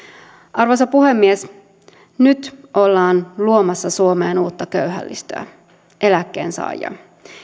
arvoisa puhemies nyt ollaan luomassa suomeen uutta köyhälistöä eläkkeensaajia